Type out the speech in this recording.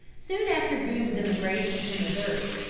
soon after boone's emigration to missouri,